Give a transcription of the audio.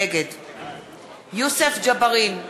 נגד יוסף ג'בארין,